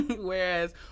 whereas